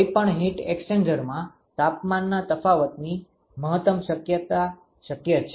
કોઈપણ હીટ એક્સ્ચેન્જરમાં તાપમાનના તફાવતની મહત્તમ શક્યતા શક્ય છે